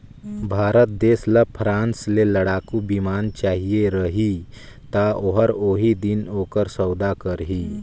भारत देस ल फ्रांस ले लड़ाकू बिमान चाहिए रही ता ओहर ओही दिन ओकर सउदा करही